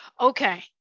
Okay